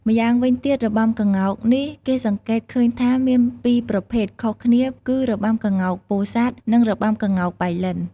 ម្យ៉ាងវិញទៀតរបាំក្ងោកនេះគេសង្កេតឃើញថាមានពីរប្រភេទខុសគ្នាគឺរបាំក្ងោកពោធិ៍សាត់ និងរបាំក្ងោកប៉ៃលិន។